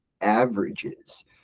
averages